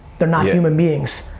they're not human beings.